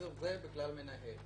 זה בכלל המנהל,